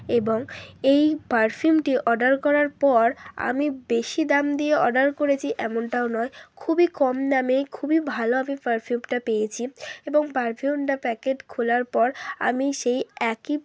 এবং এই পারফিউটি অর্ডার করার পর আমি বেশি দাম দিয়ে অর্ডার করেছি এমনটাও নয় খুবই কম দামে খুবই ভালো আমি পারফিউমটা পেয়েছি এবং পারফিউমটা প্যাকেট খোলার পর আমি সেই একই